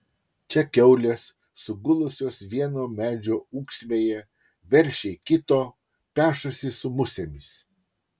čia kiaulės sugulusios vieno medžio ūksmėje veršiai kito pešasi su musėmis